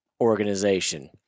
organization